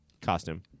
costume